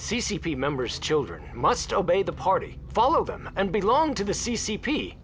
c c p members children must obey the party follow them and belong to the c c p